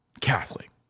Catholic